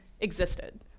existed